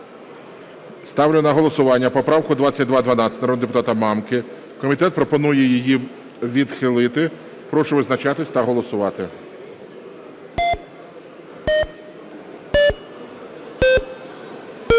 поправку 2212 народного депутата Мамки. Комітет пропонує її відхилити. Прошу визначатись та голосувати.